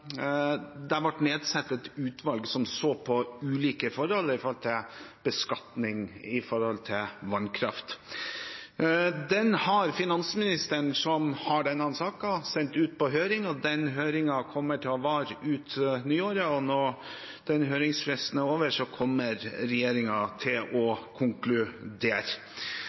det ble nedsatt et utvalg som skulle se på ulike forhold for beskatning av vannkraft. Finansministeren, som har denne saken, har sendt den på høring. Høringen kommer til å vare ut året, og når høringsfristen er over,